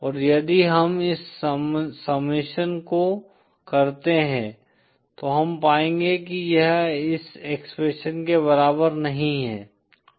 और यदि हम इस सममशन को करते हैं तो हम पाएंगे कि यह इस एक्सप्रेशन के बराबर नहीं है